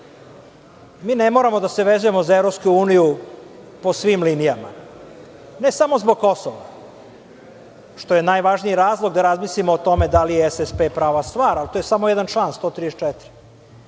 ne moramo da se vezujemo za EU po svim linijama. Ne samo zbog Kosova, što je najvažniji razlog da razmislimo o tome da li je SSP prava stvar, ali to je samo jedan član 134.